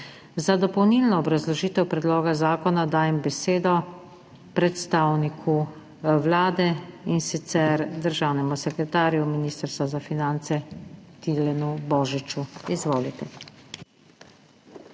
Za dopolnilno obrazložitev predloga zakona dajem besedo predstavniku Vlade, in sicer državnemu sekretarju Ministrstva za finance Tilnu Božiču. Izvolite.